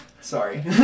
sorry